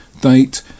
date